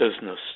business